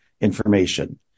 information